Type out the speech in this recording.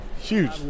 Huge